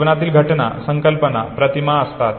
जीवनातील घटना संकल्पना प्रतिमा असतात